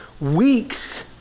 weeks